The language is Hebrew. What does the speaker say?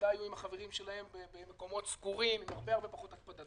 בוודאי יהיו עם החברים שלהם במקומות סגורים עם הרבה פחות הקפדה.